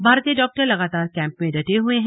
भारतीय डाक्टर लागातार कैंप में डटे हुए हैं